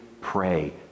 pray